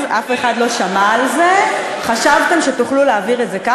חברי הכנסת,